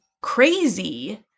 crazy